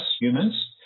humans